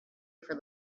for